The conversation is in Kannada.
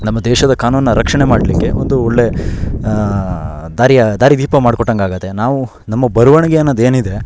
ನಮ್ಮ ದೇಶದ ಕಾನೂನನ್ನ ರಕ್ಷಣೆ ಮಾಡಲಿಕ್ಕೆ ಒಂದು ಒಳ್ಳೆ ದಾರಿಯ ದಾರಿದೀಪ ಮಾಡ್ಕೊಟ್ಟಂತಾಗುತ್ತೆ ನಾವು ನಮ್ಮ ಬರವಣಿಗೆ ಅನ್ನೋದು ಏನಿದೆ